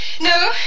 No